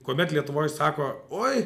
kuomet lietuvoj sako oi